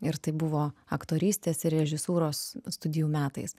ir tai buvo aktorystės ir režisūros studijų metais